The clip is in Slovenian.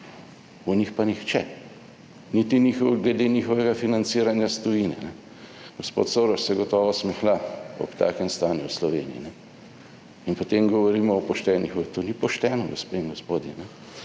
O njih pa nihče nič, niti glede njihovega financiranja iz tujine; gospod Soros se gotovo smehlja ob takem stanju v Sloveniji. In potem govorimo o poštenih. To ni pošteno, gospe in gospodje.